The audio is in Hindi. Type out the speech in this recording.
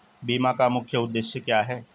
बीमा का मुख्य उद्देश्य क्या है?